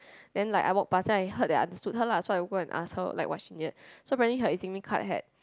then like I walked past then I heard and understood her lah so I go and ask her what she needed so apparently her EZlink card had